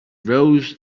rows